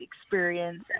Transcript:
experience